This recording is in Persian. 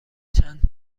چند